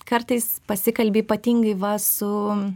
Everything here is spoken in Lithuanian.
kartais pasikalbi ypatingai va su